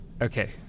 Okay